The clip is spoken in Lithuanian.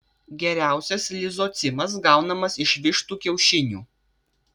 geriausias lizocimas gaunamas iš vištų kiaušinių